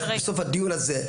בסוף הדיון הזה,